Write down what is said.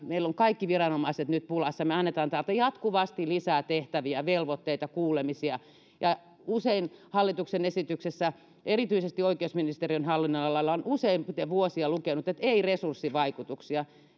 meillä ovat kaikki viranomaiset nyt pulassa me annamme täältä jatkuvasti lisää tehtäviä velvoitteita kuulemisia hallituksen esityksissä erityisesti oikeusministeriön hallinnonalalla on usein vuosia lukenut että ei resurssivaikutuksia